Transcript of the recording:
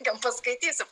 gal paskaitysim